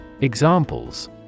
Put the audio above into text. Examples